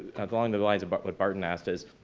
along the the lines of but what barton asked is,